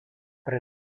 pre